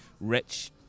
rich